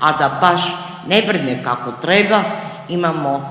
a da baš ne brine kako treba, imamo